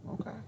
okay